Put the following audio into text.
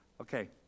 Okay